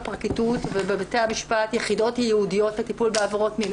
בפרקליטות ובבתי המשפט יחידות ייעודיות לטיפול בעבירות מין.